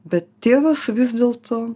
bet tėvas vis dėlto